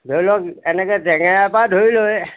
ধৰি লওক এনেকে জেঙেৰাইপা ধৰি লৈ